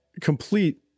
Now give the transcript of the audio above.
complete